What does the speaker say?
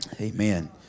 Amen